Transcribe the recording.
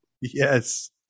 Yes